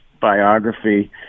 biography